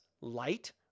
Light